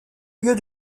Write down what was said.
lieu